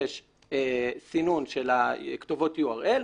יש סינון של כתובות URL,